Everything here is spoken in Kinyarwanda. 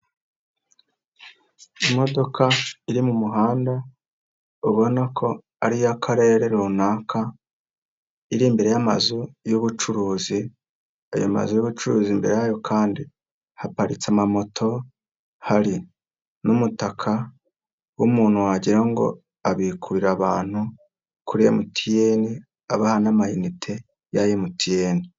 Imodoka iri mu muhanda ubona ko ari iy'Akarere runaka. Iri imbere y'amazu y'ubucuruzi. Ayo mazu y'ubucuruzi, imbere yayo kandi haparitse amamoto hari n'umutaka w'umuntu wagira ngo abikurira abantu kuri MTN abaha n'amayinite ya MTN.